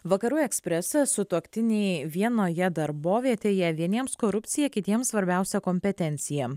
vakarų eksprese sutuoktiniai vienoje darbovietėje vieniems korupcija kitiems svarbiausia kompetencija